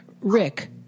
Rick